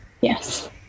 yes